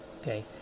okay